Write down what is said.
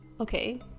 okay